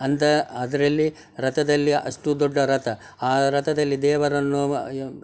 ಅಂತ ಅದರಲ್ಲಿ ರಥದಲ್ಲಿ ಅಷ್ಟು ದೊಡ್ಡ ರಥ ಆ ರಥದಲ್ಲಿ ದೇವರನ್ನು